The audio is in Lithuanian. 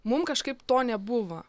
mum kažkaip to nebuvo